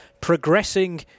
progressing